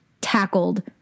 tackled